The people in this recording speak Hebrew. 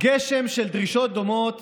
גשם של דרישות דומות